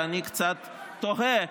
ואני קצת תוהה,